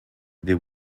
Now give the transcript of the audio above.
they